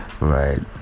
right